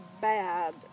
bad